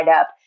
up